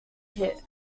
kit